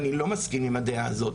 ואני לא מסכים עם הדעה הזאת.